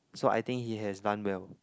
so I think he has done well